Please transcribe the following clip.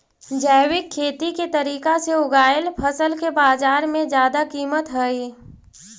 जैविक खेती के तरीका से उगाएल फसल के बाजार में जादा कीमत हई